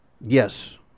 yes